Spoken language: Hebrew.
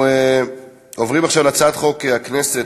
אנחנו עוברים עכשיו להצעת חוק הכנסת,